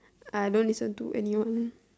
I don't listen to anyone